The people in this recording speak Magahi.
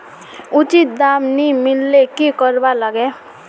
उचित दाम नि मिलले की करवार लगे?